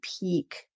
peak